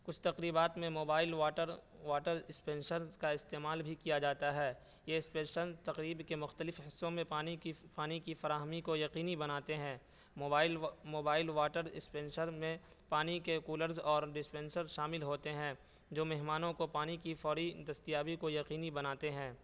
کچھ تقریبات میں موبائل واٹر واٹر اسپینشرز کا استعمال بھی کیا جاتا ہے یہ اسپیشنرز تقریب کے مختلف حصوں میں پانی کی پانی کی فراہمی کو یقینی بناتے ہیں موبائل و موبائل واٹر اسپینشر میں پانی کے کولرز اور ڈسپینشر شامل ہوتے ہیں جو مہمانوں کو پانی کی فوری دستیابی کو یقینی بناتے ہیں